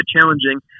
challenging